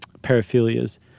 paraphilias